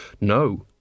No